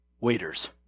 Waiters